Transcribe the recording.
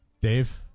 Dave